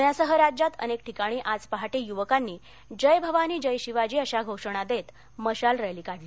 पूण्यासह राज्यात अनेक ठिकाणी आज पहाटे युवकांनी जय भवानी जय शिवाजी अशा घोषणा देत मशाल रॅली काढली